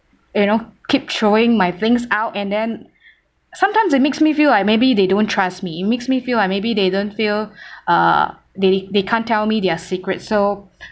you know keep throwing my things out and then sometimes it makes me feel like maybe they don't trust me it makes me feel like maybe they don't feel uh they they can't tell me their secrets so